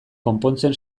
konpontzen